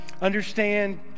Understand